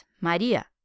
Maria